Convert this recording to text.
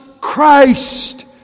Christ